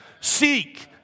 Seek